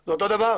זה אותו הדבר.